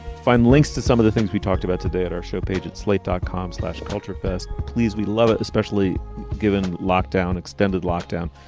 find links to some of the things we talked about today at our show page at slate dot com slash culture fest. please, we love it, especially given lockdown, extended lockdown.